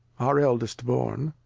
our eldest-born,